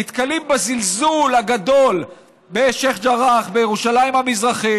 נתקלים בזלזול הגדול בשיח' ג'ראח בירושלים המזרחית,